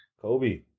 Kobe